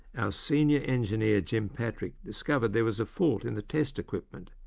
our senior engineer jim patrick discovered there was a fault in the test equipment,